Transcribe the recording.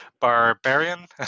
Barbarian